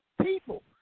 people